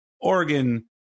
Oregon